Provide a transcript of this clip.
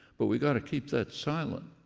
but we've got to keep that silent,